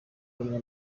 rumwe